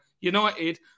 United